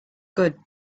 good